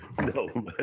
No